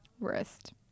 Wrist